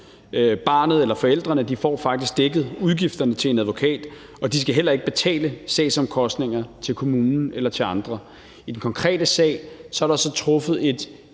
Barnet eller forældrene får faktisk dækket udgifterne til en advokat, og de skal heller ikke betale sagsomkostninger til kommunen eller til andre. I den konkrete sag er der så truffet et